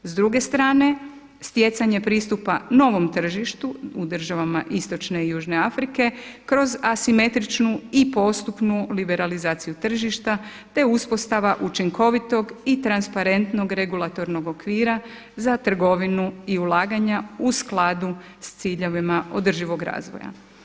S druge strane, stjecanje pristupa novom tržištu u državama istočne i južne Afrike kroz asimetričnu i postupnu liberalizaciju tržišta, te uspostava učinkovitog i transparentnog regulatornog okvira za trgovinu i ulaganja u skladu sa ciljevima održivog razvoja.